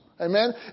Amen